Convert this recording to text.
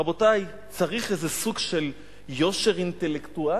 רבותי, צריך איזה סוג של יושר אינטלקטואלי,